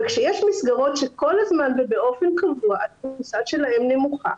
וכשיש מסגרות שכל הזמן ובאופן קבוע התפוסה שלהן נמוכה,